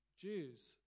Jews